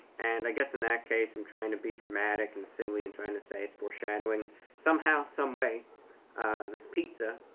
and i guess in that case i'm trying to be dramatic and silly and trying to say it's foreshadowing somehow someway this pizza.